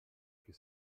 que